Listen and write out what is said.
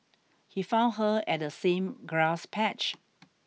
he found her at the same grass patch